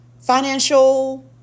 financial